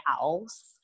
else